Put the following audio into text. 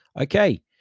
Okay